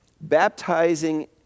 baptizing